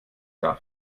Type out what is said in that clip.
darf